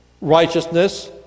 righteousness